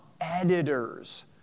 editors